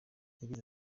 yagize